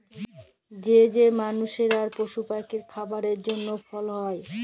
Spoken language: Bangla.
ছের যে মালুসের আর পশু পাখির খাবারের জ্যনহে ফল হ্যয়